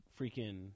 freaking